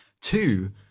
Two